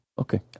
Okay